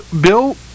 Bill